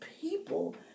people